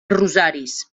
rosaris